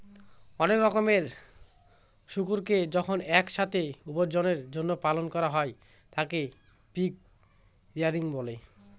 অনেক রকমের শুকুরকে যখন এক সাথে উপার্জনের জন্য পালন করা হয় তাকে পিগ রেয়ারিং বলে